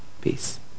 Peace